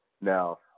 Now